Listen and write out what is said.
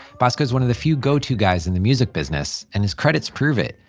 bosco is one of the few go-to guys in the music business and his credits prove it.